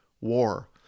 war